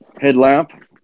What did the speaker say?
headlamp